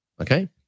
okay